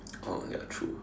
oh ya true